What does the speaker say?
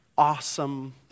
awesome